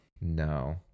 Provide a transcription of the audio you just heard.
No